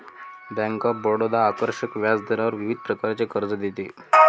bank of Baroda आकर्षक व्याजदरावर विविध प्रकारचे कर्ज देते